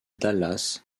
dallas